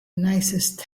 nicest